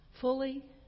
fully